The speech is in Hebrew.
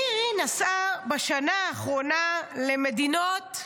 מירי נסעה בשנה האחרונה למדינות מדהימות: